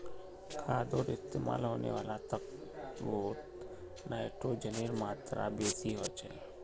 खादोत इस्तेमाल होने वाला तत्वोत नाइट्रोजनेर मात्रा बेसी होचे